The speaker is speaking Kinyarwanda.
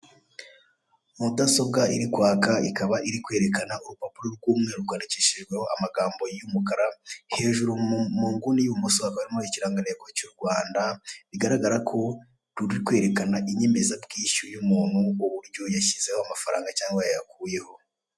Mudasobwa iri kwaka ikaba iri kwerekana urupapuro rw'umweru rwandikishijweho amagambo y'umukara, hejuru mu nguni y'ibumoso hakaba harimo ikirangantego cy'u Rwanda bigaragara ko ruri kwerekana inyemezabwishyu y'umuntu uburyo yashyizeho amafaranga cyangwa yayakuyeho.